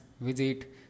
visit